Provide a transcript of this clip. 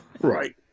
Right